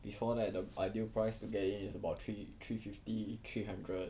before that the ideal price to get in is about three three fifty three hundred